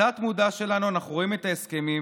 בתת-מודע שלנו אנחנו רואים את ההסכמים,